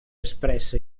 espressa